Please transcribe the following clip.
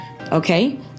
okay